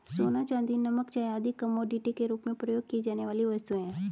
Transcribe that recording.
सोना, चांदी, नमक, चाय आदि कमोडिटी के रूप में प्रयोग की जाने वाली वस्तुएँ हैं